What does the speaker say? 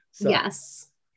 Yes